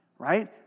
right